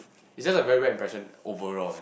it's just a very bad impression overall